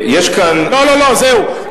יש כאן, לא, לא, לא, זהו.